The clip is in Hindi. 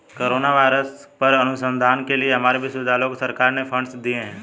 कोरोना वायरस पर अनुसंधान के लिए हमारे विश्वविद्यालय को सरकार ने फंडस दिए हैं